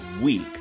week